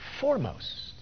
foremost